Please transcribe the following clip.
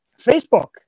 Facebook